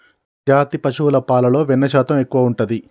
ఏ జాతి పశువుల పాలలో వెన్నె శాతం ఎక్కువ ఉంటది?